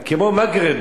כמו מגרב.